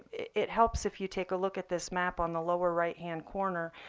it helps if you take a look at this map on the lower right hand corner.